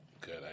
Good